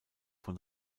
von